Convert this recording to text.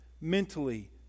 mentally